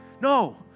no